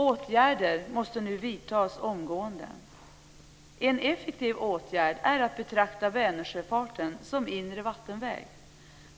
Åtgärder måste vidtas omgående. En effektiv åtgärd skulle vara att betrakta Vänern som inre vattenväg.